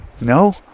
No